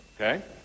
okay